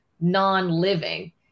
non-living